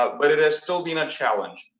ah but it has still been a challenge.